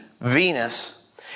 Venus